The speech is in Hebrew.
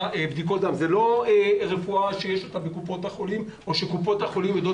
זה לא רפואה שיש אותה בקופות החולים או שקופות החולים יודעים